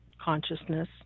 consciousness